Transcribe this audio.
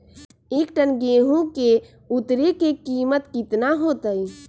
एक टन गेंहू के उतरे के कीमत कितना होतई?